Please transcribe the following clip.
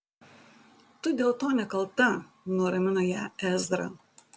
tu dėl to nekalta nuramino ją ezra